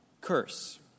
curse